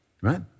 Right